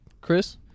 Chris